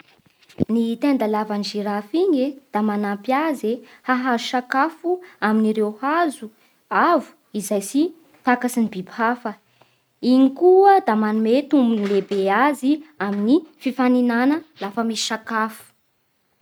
Ny tenda lavan'ny zirafy igny e da manampy azy e hahazo sakafo amin'ireo hazo avo izay tsy takatsy ny biby hafa. Igny koa da manome tombony lehibe azy amin'ny fifaninana lafa misakafo.